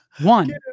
One